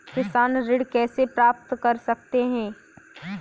किसान ऋण कैसे प्राप्त कर सकते हैं?